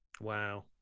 Wow